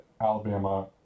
Alabama